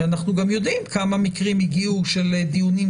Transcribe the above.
אנחנו גם יודעים כמה מקרים הגיעו לפיטורים.